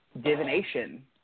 divination